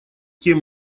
тем